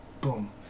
Boom